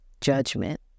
judgment